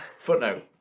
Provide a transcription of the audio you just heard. Footnote